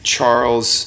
Charles